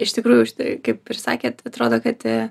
iš tikrųjų šitai kaip ir sakėt atrodo kad